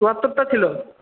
চুয়াত্তরটা ছিল